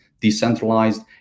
decentralized